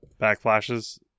backflashes